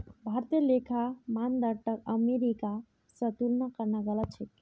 भारतीय लेखा मानदंडक अमेरिका स तुलना करना गलत छेक